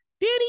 Danny